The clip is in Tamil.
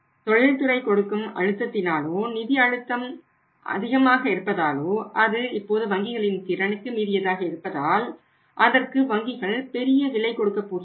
தொழில் துறை கொடுக்கும் அழுத்தத்தினாலோ நிதி அழுத்தம் அதிகமாக இருப்பதாலோ அது இப்போது வங்கிகளின் திறனுக்கு மீறியதாக இருப்பதால் அதற்கு வங்கிகள் பெரிய விலை கொடுக்க போகின்றன